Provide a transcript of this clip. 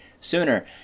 sooner